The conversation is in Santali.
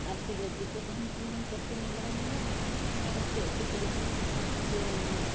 ᱟᱨ ᱵᱤᱞᱟᱹᱛᱤᱠᱚ ᱛᱟᱦᱮᱱ ᱠᱷᱟᱱᱢᱟᱢ ᱪᱟᱹᱴᱱᱤ ᱵᱟᱲᱟᱧᱚᱜᱼᱟ ᱵᱟᱠᱷᱟᱱ ᱦᱟᱸᱜ ᱚᱱᱟ ᱨᱟᱥᱮ ᱩᱛᱩ ᱥᱟᱞᱟᱜ ᱜᱮᱢ ᱡᱚᱢᱟ